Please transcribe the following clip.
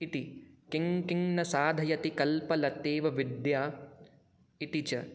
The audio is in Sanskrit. इति किं किं न साधयति कल्पलतेव विद्या इति च